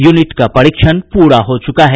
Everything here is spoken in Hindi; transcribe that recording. यूनिट का परीक्षण पूरा हो चुका है